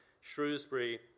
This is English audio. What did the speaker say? Shrewsbury